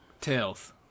Tails